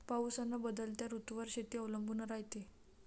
पाऊस अन बदलत्या ऋतूवर शेती अवलंबून रायते